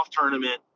tournament